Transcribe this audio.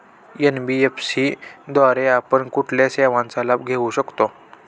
NBFC द्वारे आपण कुठल्या सेवांचा लाभ घेऊ शकतो?